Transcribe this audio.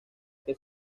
que